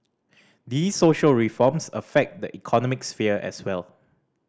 these social reforms affect the economic sphere as well